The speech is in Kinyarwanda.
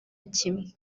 kimwe